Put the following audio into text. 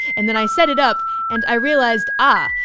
and then i set it up and i realized, ah,